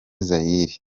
zaïre